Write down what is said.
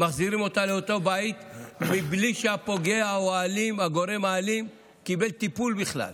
מחזירים אותה לאותו בית בלי שהפוגע או הגורם האלים קיבל טיפול בכלל.